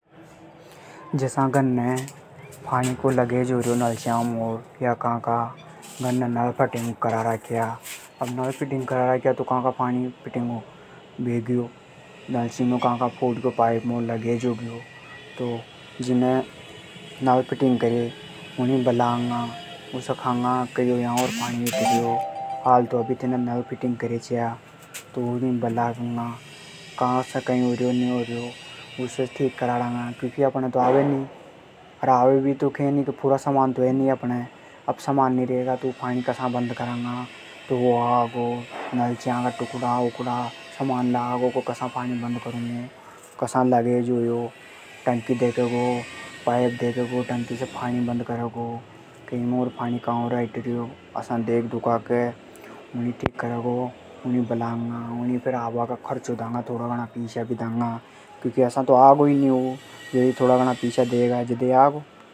जसा घर ने पाणी को लिकेज होर्यो। घर ने नल फिटिंग करा राख्या। नल फिटिंग में से का का से पाणी बेग्यो। पाइप फुटग्यो कई से लिकेज होग्यो। जिने नल फिटिंग कर्या उई बुलांगा। उसे केंगा के हाल तो अभी फिटिंग करायचा। उसे ठीक करांगा। अपण हे तो आवे नी। अपण गणे पूरा सामान तो है ही नी जे बंद कर लांगा। तो वु आगो देखेगो कसा होयो। टंकी में से पाणी बंद करेगो। उई देख के ठीक करेगो। अपण फेर उकी मेहणत देंगा। क्योंकि असा तो आगो नी।